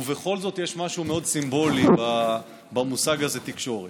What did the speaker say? ובכל זאת יש משהו מאוד סימבולי במושג הזה, תקשורת.